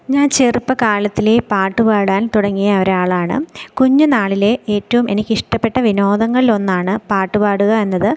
ഞാൻ ചെറുപ്പക്കാലത്തിലേ പാട്ട് പാടാൻ തുടങ്ങിയ ഒരാളാണ് കുഞ്ഞു നാളിലേ ഏറ്റവും എനിക്ക് ഇഷ്ടപ്പെട്ട വിനോദങ്ങളിൽ ഒന്നാണ് പാട്ട് പാടുക എന്നത്